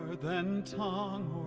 than tongue